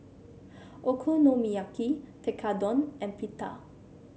Okonomiyaki Tekkadon and Pita